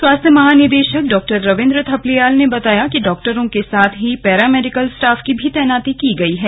स्वास्थ्य महानिदेशक डॉ रविंद्र थपलियाल ने बताया डाक्टरों के साथ ही पैरामेडिकल स्टाफ की भी तैनाती की गई है